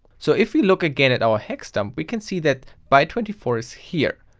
so if we look again at our hexdump, we can see that byte twenty four is here.